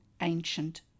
ancient